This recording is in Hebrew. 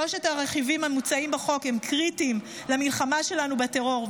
שלושת הרכיבים המוצעים בחוק הם קריטיים למלחמה שלנו בטרור,